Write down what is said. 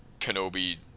Kenobi